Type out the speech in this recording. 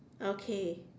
okay